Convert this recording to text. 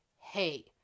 hey